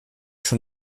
schon